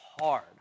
hard